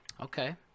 okay